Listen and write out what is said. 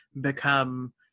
become